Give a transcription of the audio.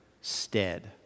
stead